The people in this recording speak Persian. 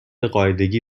قاعدگی